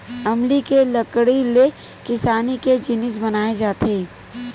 अमली के लकड़ी ले किसानी के जिनिस बनाए जाथे